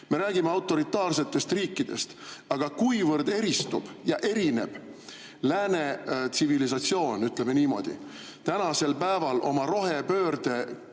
Me räägime autoritaarsetest riikidest, aga kuivõrd eristub ja erineb lääne tsivilisatsioon, ütleme niimoodi, praegu oma rohepöörde